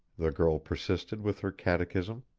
the girl persisted with her catechism.